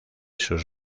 sus